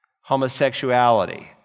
Homosexuality